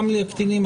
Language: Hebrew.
גם לקטינים,